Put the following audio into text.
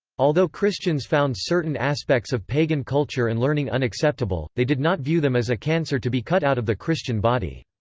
although christians found certain aspects of pagan culture and learning unacceptable, they did not view them as a cancer to be cut out of the christian body.